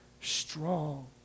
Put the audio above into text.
strong